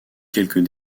quelques